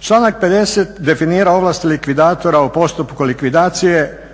Članak 50.definira ovlasti likvidatora u postupku likvidacije